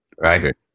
Right